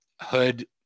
Hood